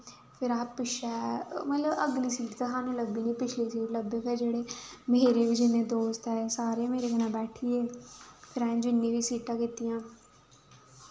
फिर अस पिच्छै मतलब अगली सीट ते सानूं ते लब्भी नी पिछली सीट लब्भी फिर जेह्ड़ी मेरे बी जिन्ने दोस्त ऐ हे सारे मेरे कन्नै बैठी गे फिर असें जिन्नियां बी सीटां कीतियां